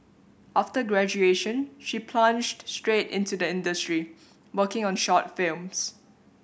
after graduation she plunged straight into the industry working on short films